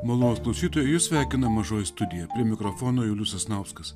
malonūs klausytojai jus sveikina mažoji studija prie mikrofono julius sasnauskas